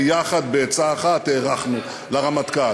ביחד, בעצה אחת, הארכנו לרמטכ"ל.